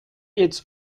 its